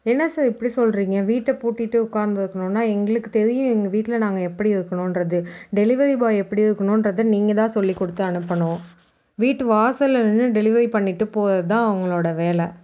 என்ன சார் இப்படி சொல்கிறீங்க வீட்டை பூட்டிவிட்டு உட்காந்துருக்கணுன்னா எங்களுக்கு தெரியும் எங்கள் வீட்டில் நாங்கள் எப்படி இருக்கணுங்றது டெலிவரி பாய் எப்படி இருக்கணுங்றது நீங்கள் தான் சொல்லிக் கொடுத்து அனுப்பணும் வீட்டு வாசலில் நின்று டெலிவரி பண்ணிவிட்டு போகிறது தான் அவர்களோட வேலை